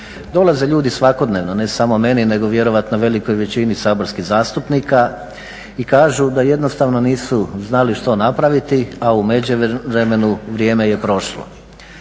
Dolaze ljudi svakodnevno, ne samo meni nego vjerojatno velikoj većini saborskih zastupnika, i kažu da jednostavno nisu znali što napraviti, a u međuvremenu vrijeme je prošlo.